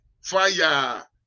fire